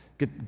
get